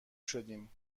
شدیم